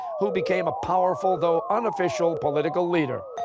who became a powerful though unofficial political leader?